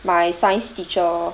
my science teacher